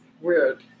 weird